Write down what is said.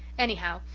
anyhow,